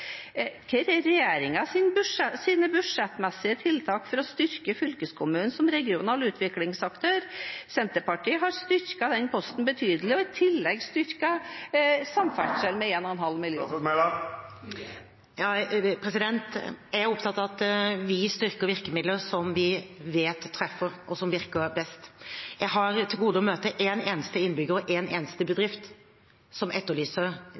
Hva er regjeringens budsjettmessige tiltak for å styrke fylkeskommunen som regional utviklingsaktør? Senterpartiet har styrket den posten betydelig og i tillegg styrket samferdsel med 1,5 mrd. kr. Jeg er opptatt av at vi styrker virkemidlene som vi vet treffer, og som virker best. Jeg har til gode å møte én eneste innbygger og én eneste bedrift som etterlyser